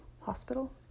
hospital